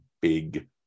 big